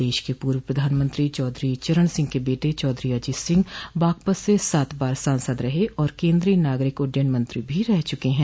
देश के पूर्व प्रधानमंत्री चौधरी चरण सिंह के बेटे चौधरी अजित सिंह बागपत से सात बार सांसद रहे और केंद्रीय नागरिक उड्डयन मंत्री भी रह चुके हैं